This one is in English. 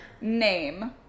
Name